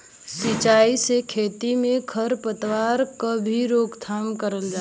सिंचाई से खेती में खर पतवार क भी रोकथाम करल जाला